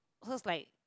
so is like